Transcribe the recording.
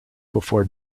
before